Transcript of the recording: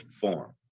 form